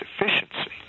efficiency